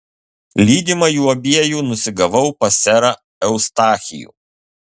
lydima jų abiejų nusigavau pas serą eustachijų